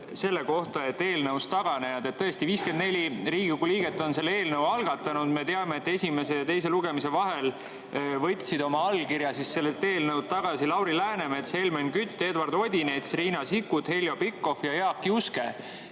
selle kohta, et on eelnõust taganejaid. Tõesti, 54 Riigikogu liiget on selle eelnõu algatanud. Me teame, et esimese ja teise lugemise vahel võtsid oma allkirja sellelt eelnõult tagasi Lauri Läänemets, Helmen Kütt, Eduard Odinets, Riina Sikkut, Heljo Pikhof ja Jaak Juske.